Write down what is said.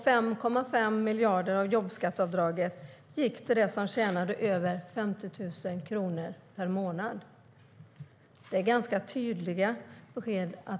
5,5 miljarder av jobbskatteavdraget gick till dem som tjänade över 50 000 kronor per månad. Det är ganska tydliga besked.